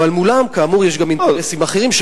אבל מולם כאמור יש גם אינטרסים אחרים,